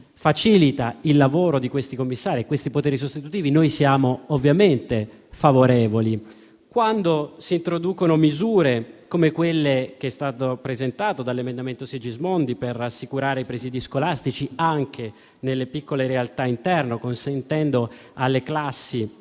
facilita il lavoro di questi commissari e i poteri sostitutivi, siamo ovviamente favorevoli; quando si introducono misure, come quella che è stata presentata dall'emendamento a firma del senatore Sigismondi, per rassicurare i presìdi scolastici anche nelle piccole realtà interne, consentendo alle classi